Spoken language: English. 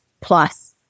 plus